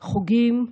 חוגים,